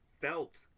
felt